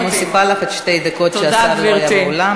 אני מוסיפה לך עוד שתי דקות כי השר לא היה באולם.